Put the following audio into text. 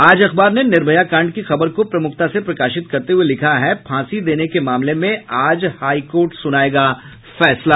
आज अखबार ने निर्भया कांड की खबर को प्रमुखता से प्रकाशित करते हुये लिखा है फांसी देने के मामले में आज हाई कोर्ट सुनायेगा फैसला